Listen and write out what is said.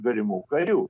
galimų karių